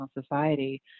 society